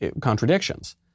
contradictions